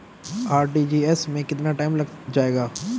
RTGS में कितना time लग जाएगा?